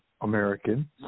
American